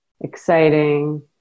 exciting